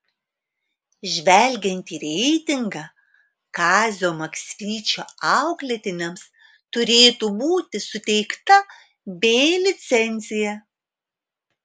žvelgiant į reitingą kazio maksvyčio auklėtiniams turėtų būti suteikta b licencija